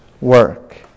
work